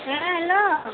ᱦᱮᱸ ᱦᱮᱞᱳ